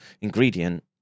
ingredient